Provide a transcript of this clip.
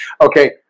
okay